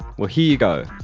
well, here you go.